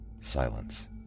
Silence